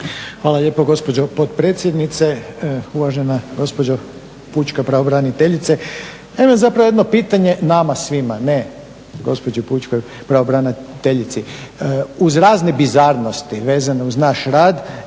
Hvala lijepo gospođo potpredsjednice. Uvažena gospođo pučka pravobraniteljice. Ja imam zapravo jedno pitanje nama svima, ne gospođi pučkoj pravobraniteljici. Uz razne bizarnosti vezane uz naš rad